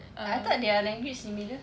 I thought their language similar